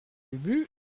ubu